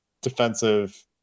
defensive